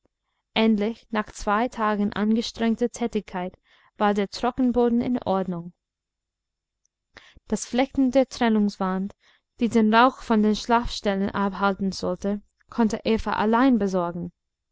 endlich nach zwei tagen angestrengter tätigkeit war der trockenboden in ordnung das flechten der trennungswand die den rauch von den schlafstellen abhalten sollte konnte eva allein besorgen